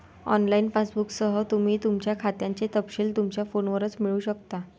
online पासबुकसह, तुम्ही तुमच्या खात्याचे तपशील तुमच्या फोनवरच मिळवू शकता